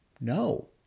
No